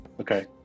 Okay